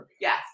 Yes